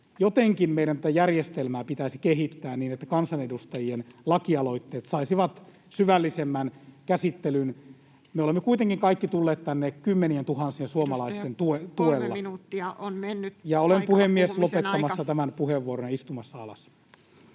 Jotenkin meidän tätä järjestelmää pitäisi kehittää niin, että kansanedustajien lakialoitteet saisivat syvällisemmän käsittelyn. Me olemme kuitenkin kaikki tulleet tänne kymmenientuhansien suomalaisten tuella. [Puhemies: Edustaja, 3 minuuttia on mennyt!] — Olen,